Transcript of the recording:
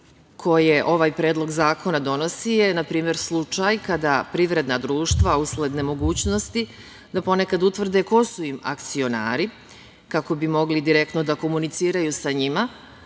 koje ovaj predlog zakona donosi je, na primer, slučaj kada privredna društva, usled nemogućnosti da ponekad utvrde ko su im akcionari kako bi mogli direktno da komuniciraju sa njima,